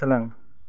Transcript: सोलों